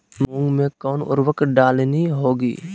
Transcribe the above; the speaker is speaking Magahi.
मूंग में कौन उर्वरक डालनी होगी?